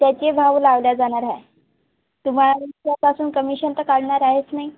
त्याचे भाव लावले जाणार आहे तुम्हाला तुमच्यापासून कमिशन तर काढणार आहेच नाही